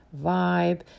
vibe